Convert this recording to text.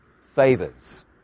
favors